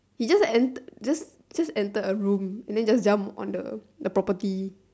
he just en~ he just entered a room and then just jump on the property